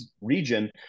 region